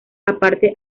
aparte